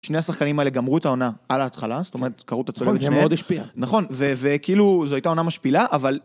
שני השחקנים האלה גמרו את העונה על ההתחלה, זאת אומרת קרעו את הצולבת שניהם. זה מאוד השפיע. נכון, וכאילו זו הייתה עונה משפילה, אבל...